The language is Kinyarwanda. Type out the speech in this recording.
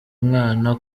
mwana